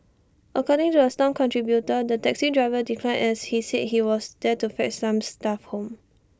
according to A stomp contributor the taxi driver declined as he said he was there to fetch some staff home